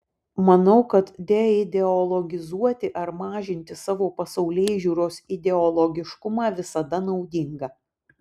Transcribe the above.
manau kad deideologizuoti ar mažinti savo pasaulėžiūros ideologiškumą visada naudinga